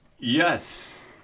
Yes